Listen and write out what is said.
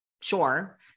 sure